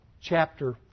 chapter